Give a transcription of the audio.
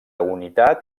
unitat